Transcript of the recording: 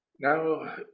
Now